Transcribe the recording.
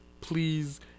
Please